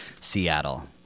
seattle